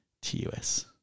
TUS